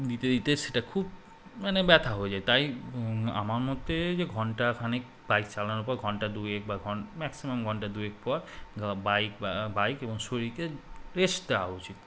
দিতে দিতে সেটা খুব মানে ব্যথা হয়ে যায় তাই আমার মতে যে ঘণ্টা খানিক বাইক চালানোর পর ঘণ্টা দুয়েক বা ঘন ম্যাক্সিমাম ঘণ্টা দুয়েক পর বাইক বা বাইক এবং শরীরকে রেস্ট দেওয়া উচিত